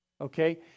okay